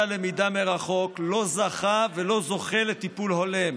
הלמידה מרחוק לא זכה ולא זוכה לטיפול הולם.